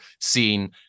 seen